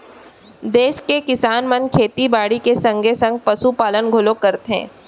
देस के किसान मन खेती बाड़ी के संगे संग पसु पालन घलौ करथे